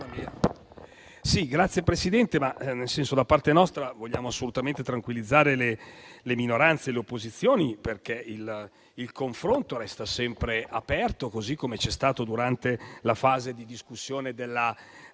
Signor Presidente, da parte nostra vogliamo assolutamente tranquillizzare le minoranze e le opposizioni, perché il confronto resta sempre aperto, così come c'è stato durante la fase di discussione della legge,